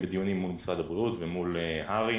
בדיונים מול משרד הבריאות ומול הר"י